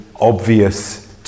obvious